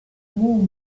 muu